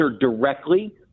directly